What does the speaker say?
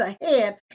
ahead